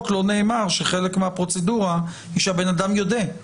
לא נאמר שחלק מהפרוצדורה היא שהבן אדם יודה.